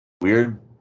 Weird